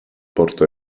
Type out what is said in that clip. porto